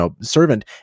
servant